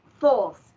false